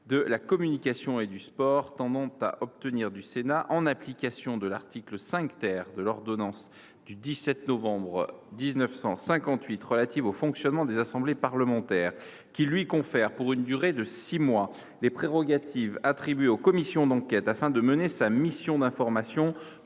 de la communication et du sport, tendant à obtenir du Sénat, en application de l’article 5 de l’ordonnance n° 58 1100 du 17 novembre 1958 relative au fonctionnement des assemblées parlementaires, qu’il lui confère, pour une durée de six mois, les prérogatives attribuées aux commissions d’enquête afin de mener une mission d’information